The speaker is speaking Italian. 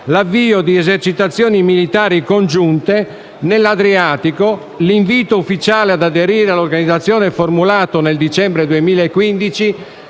l'avvio di esercitazioni militari congiunte nell'Adriatico, l'invito ufficiale ad aderire all'Organizzazione formulato nel dicembre 2015